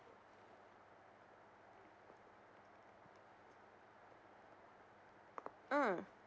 mm